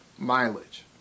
mileage